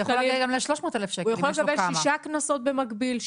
הוא יכול לקבל שישה קנסות במקביל?